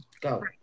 Go